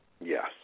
Yes